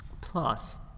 Plus